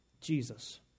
Jesus